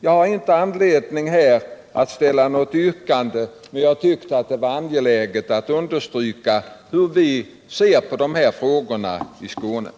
Jag har inte för avsikt att ställa något yrkande, men jag har tyckt att det har varit angeläget att understryka hur vi i Skåne ser på dessa frågor.